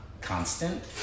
constant